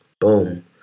Boom